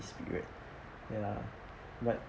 this period ya but